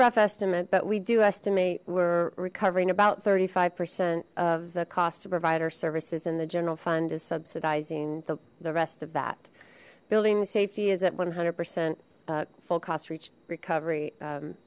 rough estimate but we do estimate we're recovering about thirty five percent of the cost to provider services and the general fund is subsidizing the the rest of that building the safety is at one hundred percent full cost reach recovery